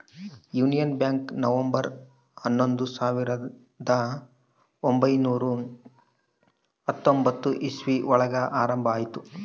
union Bank November ಹನ್ನೊಂದು ಸಾವಿರದ ಒಂಬೈನುರ ಹತ್ತೊಂಬತ್ತು ಇಸ್ವಿ ಒಳಗ ಆರಂಭ ಆಯ್ತು